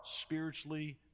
spiritually